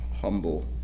humble